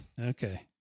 Okay